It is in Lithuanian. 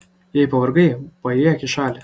jei pavargai paėjėk į šalį